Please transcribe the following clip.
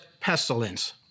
pestilence